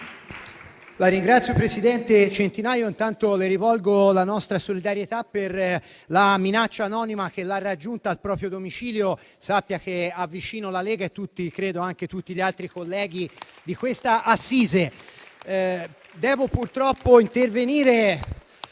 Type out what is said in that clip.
Signor presidente Centinaio, le rivolgo la nostra solidarietà per la minaccia anonima che l'ha raggiunta al proprio domicilio. Sappia che ha vicino la Lega e credo anche tutti gli altri colleghi di questa assise.